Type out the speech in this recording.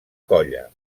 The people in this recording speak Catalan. colla